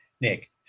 nick